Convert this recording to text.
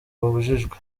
babujijwe